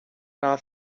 not